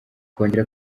kongera